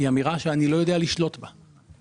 היא אמירה שאני לא יודע לשלוט בה.